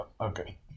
okay